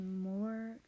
more